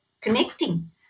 connecting